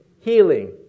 healing